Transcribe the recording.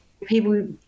people